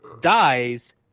dies